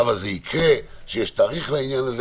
אבל זה יקרה ויש תאריך לזה.